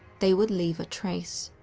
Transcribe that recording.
they would leave a trace.